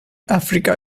africa